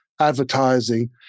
advertising